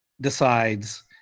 decides